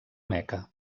meca